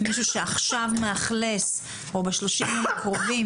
מישהו שעכשיו מאכלס או ב-30 הימים הקרובים